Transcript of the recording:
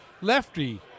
Lefty